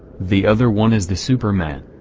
the other one is the superman.